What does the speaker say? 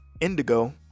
Indigo